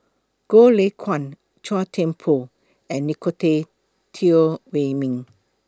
Goh Lay Kuan Chua Thian Poh and Nicolette Teo Wei Min